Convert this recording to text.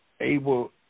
able –